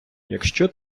якщо